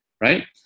right